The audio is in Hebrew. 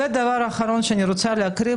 דבר אחרון שאני רוצה להקריא,